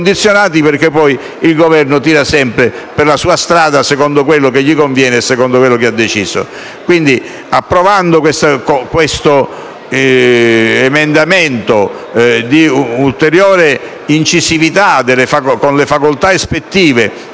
perché poi il Governo tira dritto per la sua strada, secondo quello che gli conviene e che ha deciso. Quindi, approvando questo emendamento di ulteriore incisività sulle facoltà ispettive